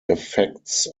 effects